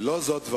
לא רק זאת.